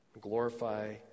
Glorify